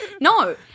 No